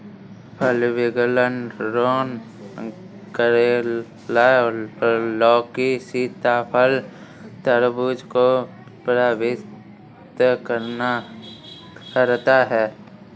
फल विगलन रोग करेला, लौकी, सीताफल, तरबूज को प्रभावित करता है